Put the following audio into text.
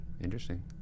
Interesting